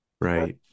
right